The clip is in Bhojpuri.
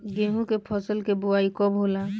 गेहूं के फसल के बोआई कब होला?